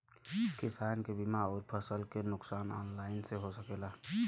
किसान के बीमा अउर फसल के नुकसान ऑनलाइन से हो सकेला?